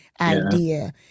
idea